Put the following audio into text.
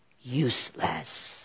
Useless